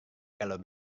kalau